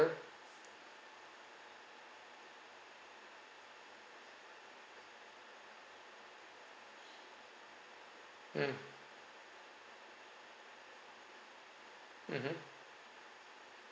mm mmhmm